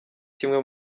kimwe